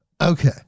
Okay